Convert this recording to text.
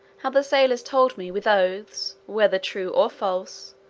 how the sailors told me, with oaths, whether true or false,